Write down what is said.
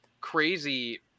crazy